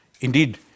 Indeed